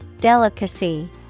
Delicacy